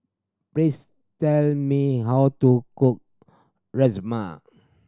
please tell me how to cook Rajma